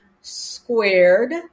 squared